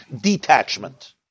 detachment